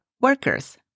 workers